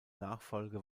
nachfolge